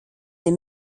des